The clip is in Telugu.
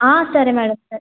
ఆ సరె మేడం సరే